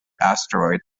asteroid